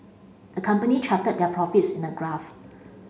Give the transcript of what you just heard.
the company charted their profits in a graph